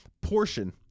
portion